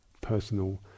personal